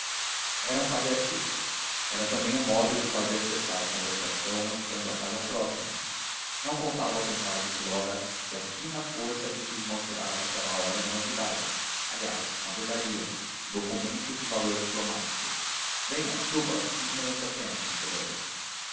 era um paliativo era também um modo de fazer cessar a conversação estando a casa próxima não contava com o pai de flora que à fina força lhe quis mostrar àquela hora uma novidade aliás uma velharia um documento de valor diplomático venha suba cinco minutos apenas conselheiro